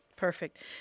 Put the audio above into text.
Perfect